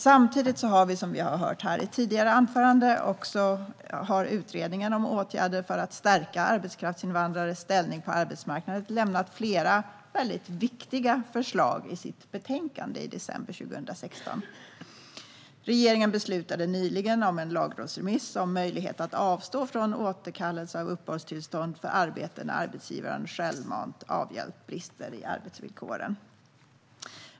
Samtidigt har, som vi hört i tidigare anföranden, utredningen om åtgärder för att stärka arbetskraftsinvandrares ställning på arbetsmarknaden lämnat flera viktiga förslag i sitt betänkande i december 2016. Regeringen beslutade nyligen om en lagrådsremiss om möjlighet att avstå från återkallelse av uppehållstillstånd för arbete när arbetsgivaren självmant avhjälpt brister i arbetsvillkoren.